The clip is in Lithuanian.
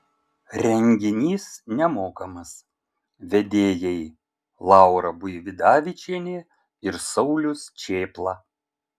renginys nemokamas vedėjai laura buividavičienė ir saulius čėpla